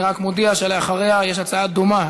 אני רק מודיע שאחריה יש הצעה דומה,